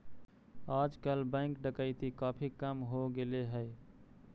आजकल बैंक डकैती काफी कम हो गेले हई